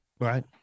right